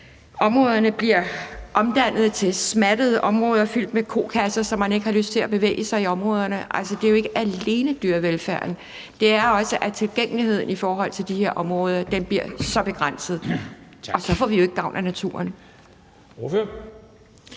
Områderne bliver omdannet til smattede områder fyldt med kokasser, så man ikke har lyst til at bevæge sig i områderne. Altså, det er jo ikke alene dyrevelfærden, det handler om, det er også, at tilgængeligheden i forhold til de her områder bliver så begrænset. Og så får vi jo ikke gavn af naturen.